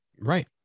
Right